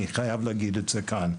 אני חייב לומר זאת כאן.